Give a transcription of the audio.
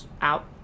out